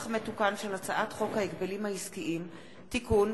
הצעת חוק גיל פרישה (תיקון,